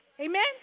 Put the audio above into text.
Amen